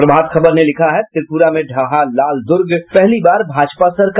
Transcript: प्रभात खबर ने लिखा है त्रिपुरा में ढ़हा लाल दुर्ग पहली बार भाजपा सरकार